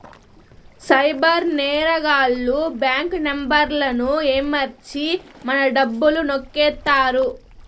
cyber నేరగాళ్లు bank నెంబర్లను ఏమర్చి మన డబ్బులు నొక్కేత్తారు